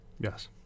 Yes